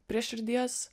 prie širdies